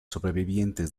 sobrevivientes